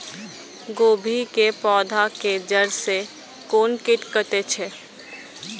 गोभी के पोधा के जड़ से कोन कीट कटे छे?